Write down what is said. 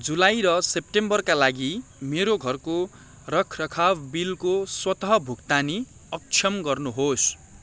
जुलाई र सेप्टेम्बरका लागि मेरो घरको रखरखाव बिलको स्वतः भुक्तानी अक्षम गर्नुहोस्